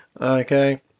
Okay